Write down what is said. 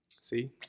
See